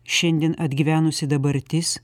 šiandien atgyvenusi dabartis